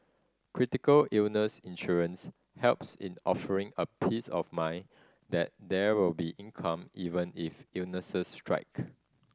critical illness insurance helps in offering a peace of mind that there will be income even if illnesses strike